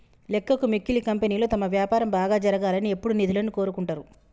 లెక్కకు మిక్కిలి కంపెనీలు తమ వ్యాపారం బాగా జరగాలని ఎప్పుడూ నిధులను కోరుకుంటరు